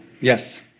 Yes